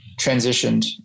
transitioned